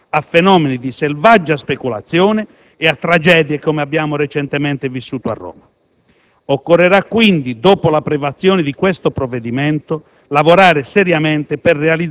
esposti tra l'altro a fenomeni di selvaggia speculazione e a tragedie come quelle che abbiamo recentemente vissuto a Roma. Occorrerà quindi, dopo l'approvazione di questo provvedimento,